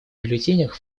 бюллетенях